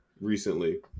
recently